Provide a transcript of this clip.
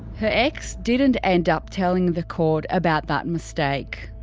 her ex didn't end up telling the court about that mistake.